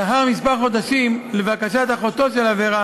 לאחר כמה חודשים, לבקשת אחותו של אברה,